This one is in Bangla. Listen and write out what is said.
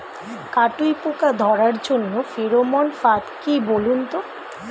কাটুই পোকা ধরার জন্য ফেরোমন ফাদ কি বলুন তো?